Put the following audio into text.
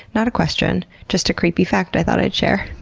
not a question, just a creepy fact i thought i'd share.